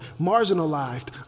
marginalized